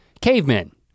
cavemen